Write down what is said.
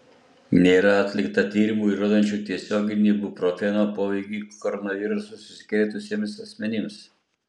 nėra atlikta tyrimų įrodančių tiesioginį ibuprofeno poveikį koronavirusu užsikrėtusiems asmenims